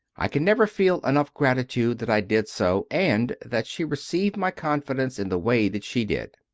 i can never feel enough gratitude that i did so, and that she received my confidence in the way that she did.